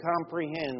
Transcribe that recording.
comprehend